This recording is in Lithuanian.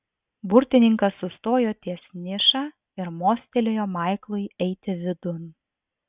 burtininkas sustojo ties niša ir mostelėjo maiklui eiti vidun